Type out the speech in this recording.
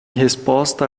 resposta